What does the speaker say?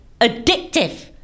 Addictive